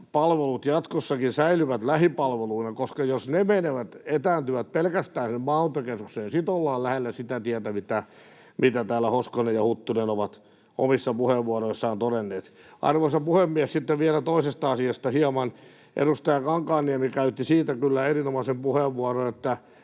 palvelut jatkossakin säilyvät lähipalveluina, koska jos ne etääntyvät pelkästään maakuntakeskukseen, sitten ollaan lähellä sitä tietä, mitä täällä Hoskonen ja Huttunen ovat omissa puheenvuoroissaan todenneet. Arvoisa puhemies! Sitten vielä toisesta asiasta hieman: Edustaja Kankaanniemi käytti siitä kyllä erinomaisen puheenvuoron, että